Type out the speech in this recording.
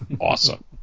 awesome